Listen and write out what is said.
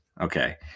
Okay